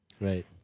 Right